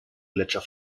gletscher